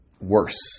worse